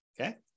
Okay